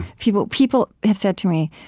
people people have said to me,